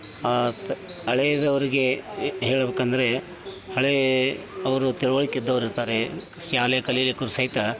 ಹಳೆದವ್ರ್ಗೆ ಎ ಹೇಳಬೇಕಂದ್ರೆ ಹಳೆ ಅವರು ತಿಳುವಳಿಕೆ ಇದ್ದವ್ರು ಇರ್ತಾರೆ ಶಾಲೆ ಕಲಿಲಿಕ್ಕು ಸಹಿತ